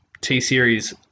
T-Series